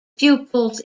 pupils